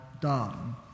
done